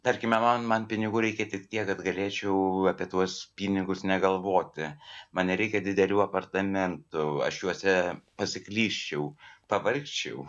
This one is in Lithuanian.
tarkime man man pinigų reikia tik tiek kad galėčiau apie tuos pinigus negalvoti man nereikia didelių apartamentų aš juose pasiklysčiau pavargčiau